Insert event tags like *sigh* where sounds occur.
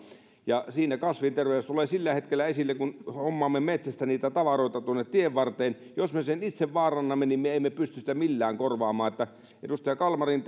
ja siinä kasvinterveys tulee esille sillä hetkellä kun hommaamme metsästä niitä tavaroita tuonne tienvarteen jos me sen itse vaarannamme niin me emme pysty sitä millään korvaamaan edustaja kalmarin *unintelligible*